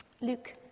Luke